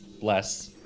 Bless